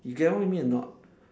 you get what I mean or not